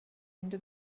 into